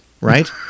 Right